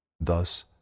Thus